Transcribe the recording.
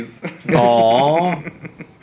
Aww